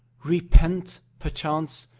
repent, perchance,